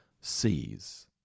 sees